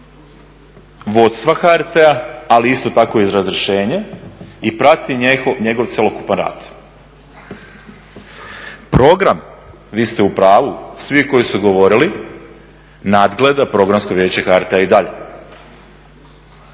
vodstva HRT-a ali isto tako i razrješenje i prati njegov cjelokupan rad. Program vi ste upravu svi koji su govorili nadgleda Programsko vijeće HRT-a i dalje.